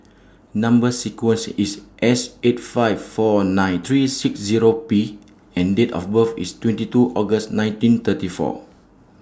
Number sequence IS S eight five four nine three six Zero P and Date of birth IS twenty two August nineteen thirty four